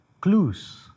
clues